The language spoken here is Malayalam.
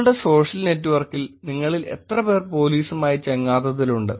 നിങ്ങളുടെ സോഷ്യൽ നെറ്റ്വർക്കിൽ നിങ്ങളിൽ എത്രപേർ പോലീസുമായി ചങ്ങാത്തത്തിലുണ്ട്